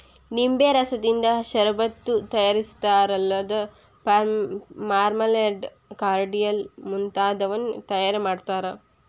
ನಿಂಬೆ ರಸದಿಂದ ಷರಬತ್ತು ತಯಾರಿಸ್ತಾರಲ್ಲದ ಮಾರ್ಮಲೆಂಡ್, ಕಾರ್ಡಿಯಲ್ ಮುಂತಾದವನ್ನೂ ತಯಾರ್ ಮಾಡ್ತಾರ